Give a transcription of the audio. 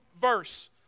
verse